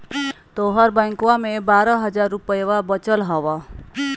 तोहर बैंकवा मे बारह हज़ार रूपयवा वचल हवब